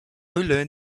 learn